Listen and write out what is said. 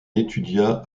étudia